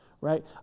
right